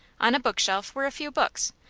on a book shelf were a few books,